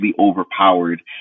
overpowered